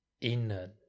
Inner